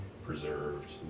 Preserved